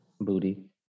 Booty